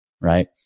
right